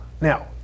Now